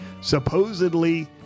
Supposedly